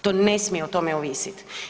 To ne smije o tome ovisiti.